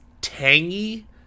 tangy